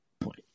point